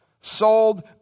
Sold